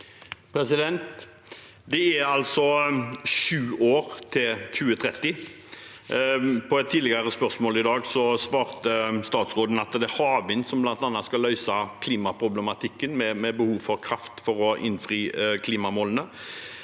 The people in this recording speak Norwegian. Det er altså sju år til 2030. På et tidligere spørsmål i dag svarte statsråden at det er havvind som bl.a. skal løse klimaproblematikken, med tanke på behovet for kraft for å innfri klimamålene.